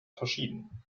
verschieden